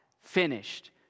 finished